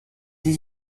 des